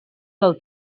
del